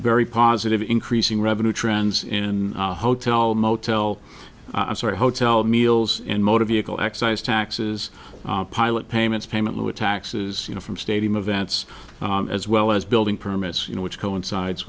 very positive increasing revenue trends in hotel motel sorry hotel meals in motor vehicle excise taxes pilot payments payment with taxes you know from stadium events as well as building permits you know which coincides